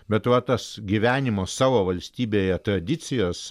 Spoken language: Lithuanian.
bet va tas gyvenimo savo valstybėje tradicijos